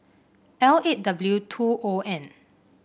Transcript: L eight W two O N